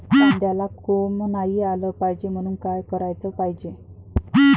कांद्याला कोंब नाई आलं पायजे म्हनून का कराच पायजे?